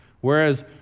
Whereas